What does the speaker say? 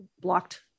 blocked